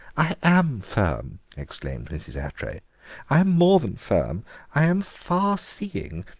i am firm, exclaimed mrs. attray i am more than firm i am farseeing.